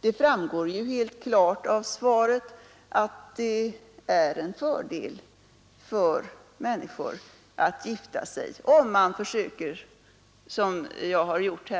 Det framgår ju helt klart av svaret att det i stort är en ekonomisk fördel för människor att gifta sig. Om man som jag har gjort